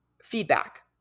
Feedback